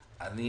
הכנסת.